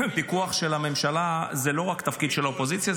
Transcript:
הפיקוח על הממשלה זה לא רק תפקיד של האופוזיציה,